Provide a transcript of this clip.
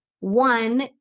One